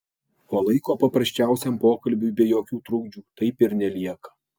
o laiko paprasčiausiam pokalbiui be jokių trukdžių taip ir nelieka